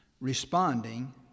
responding